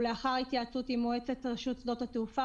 ולאחר התייעצות עם מועצת רשות שדות התעופה